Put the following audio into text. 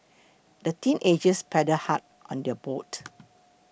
the teenagers paddled hard on their boat